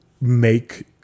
make